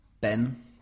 Ben